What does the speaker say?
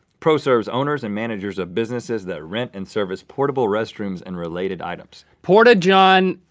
pro serves owners and managers of businesses that rent and service portable restrooms and related items. porta-john.